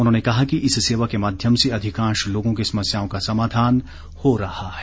उन्होंने कहा कि इस सेवा के माध्यम से अधिकांश लोगों की समस्याओं का समाधान हो रहा है